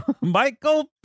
Michael